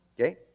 okay